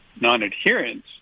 non-adherence